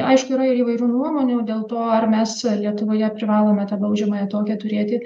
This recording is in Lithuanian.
aišku yra ir įvairių nuomonių dėl to ar mes lietuvoje privalome tą baudžiamąją tokią turėti